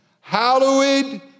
hallowed